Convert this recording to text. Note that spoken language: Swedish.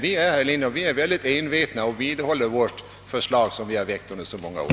Vi är emellertid, herr Lindholm, mycket envetna och vidhåller det förslag vi fört fram under så många år.